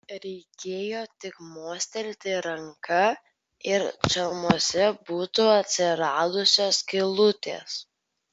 reikėjo tik mostelėti ranka ir čalmose būtų atsiradusios skylutės